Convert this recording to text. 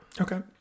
Okay